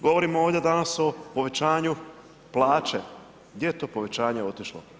Govorimo ovdje danas o povećanju plaće, gdje je to povećanje otišlo?